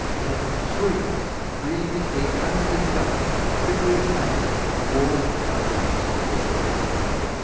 had three previously undiscovered very faint dwarf galaxies orbiting around it.